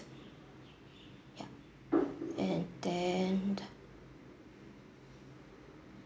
yup and then